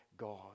God